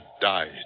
died